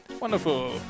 Wonderful